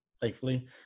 thankfully